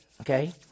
okay